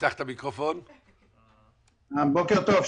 בוקר טוב.